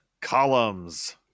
columns